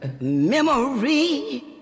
Memory